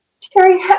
Terry